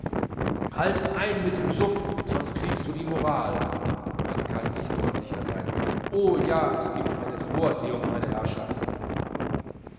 halt ein mit dem suff sonst kriegst du die moral man kann nicht deutlicher sein oh ja es giebt eine vorsehung meine herrschaften